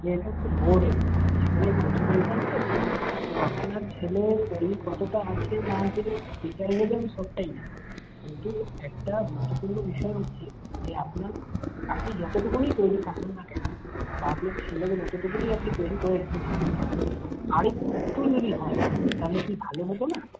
যে এটা হচ্ছে বোর্ড এক্সাম জীবনের প্রথম এক্সাম তো তো আপনার ছেলে তৈরি কতটা আছে না আছে টিচার হিসাবে আমি সবটাই জানি কিন্তু একটা গুরুত্বপূর্ণ বিষয় হচ্ছে যে আপনার আপনি যতটুকুনই তৈরি থাকুন না কেন বা আপনার ছেলেকে যতটুকুনই আপনি তৈরি করে রেখেছেন না কেন আরেকটু যদি হয় থাহলে কি ভালো হতো না